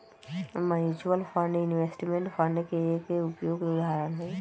mutual fund investment fund के एक उपयुक्त उदाहरण हई